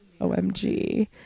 OMG